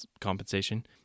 compensation